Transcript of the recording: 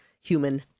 human